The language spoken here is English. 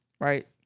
right